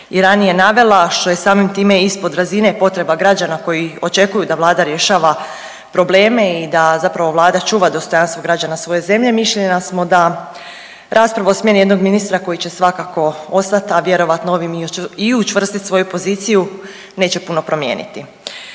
i ranije navela, a što je samim time i ispod razine potrebe građana koji očekuju da vlada rješava probleme i da zapravo vlada čuva dostojanstvo građana svoje zemlje mišljenja smo da rasprava o smjeni jednog ministra koji će svakako ostat, a vjerojatno ovim i učvrstit svoju poziciju neće puno promijeniti.